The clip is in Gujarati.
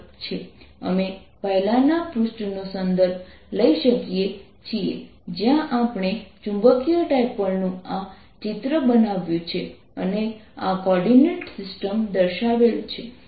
અમે પહેલાનાં પૃષ્ઠનો સંદર્ભ લઈ શકીએ છીએ સમયનો સંદર્ભ 1603 જ્યાં આપણે ચુંબકીય ડાયપોલનું આ ચિત્ર બતાવ્યું છે અને આ કોઓર્ડીનેટ સિસ્ટમ દર્શાવેલ છે